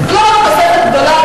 לא תוספת גדולה,